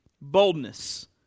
boldness